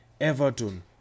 everton